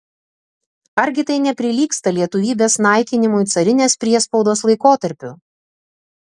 argi tai neprilygsta lietuvybės naikinimui carinės priespaudos laikotarpiu